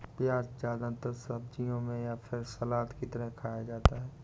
प्याज़ ज्यादातर सब्जियों में या फिर सलाद की तरह खाया जाता है